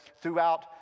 throughout